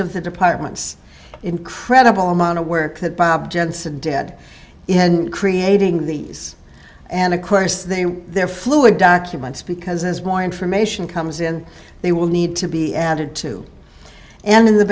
of the departments incredible amount of work that bob jensen dead in creating these and of course they are there fluid documents because as more information comes in they will need to be added to and in the